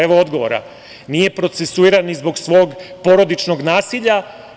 Evo odgovora – nije procesuiran ni zbog svog porodičnog nasilja.